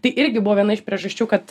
tai irgi buvo viena iš priežasčių kad